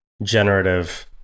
generative